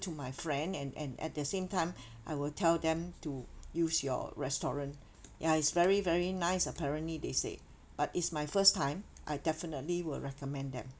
to my friend and and at the same time I will tell them to use your restaurant ya it's very very nice apparently they say but it's my first time I definitely will recommend them